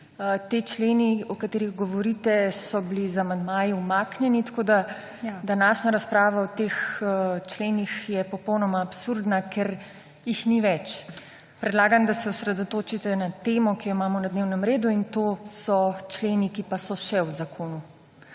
Ti členi, o katerih govorite so bili z amandmaji umaknjeni tako, da današnja razprava o teh členih je popolnoma absurdna, ker jih ni več. Predlagam, da se osredotočite na temo, ki jo imamo na dnevnem redu in to so členi, ki pa so še v zakonu.